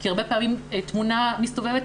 כי הרבה פעמים תמונה מסתובבת,